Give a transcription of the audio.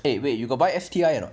eh wait you got buy S_T_I or not